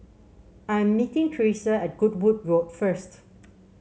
I'm meeting Teresa at Goodwood Road first